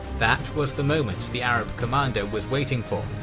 that was the moment the arab commander was waiting for,